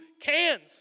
cans